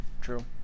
True